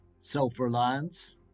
self-reliance